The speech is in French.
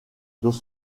dans